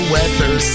Weather